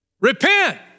repent